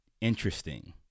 interesting